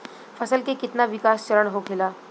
फसल के कितना विकास चरण होखेला?